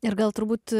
ir gal turbūt